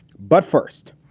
but first,